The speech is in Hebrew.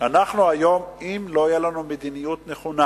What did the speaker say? אם לא תהיה מדיניות נכונה